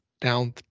down